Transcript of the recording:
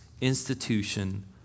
institution